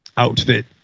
Outfit